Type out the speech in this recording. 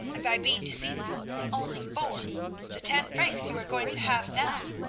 and by being deceitful only four the ten francs you are going to have now.